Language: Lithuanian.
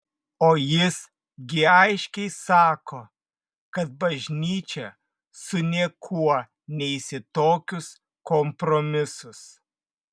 o jis gi aiškiai sako kad bažnyčia su niekuo neis į tokius kompromisus